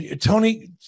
Tony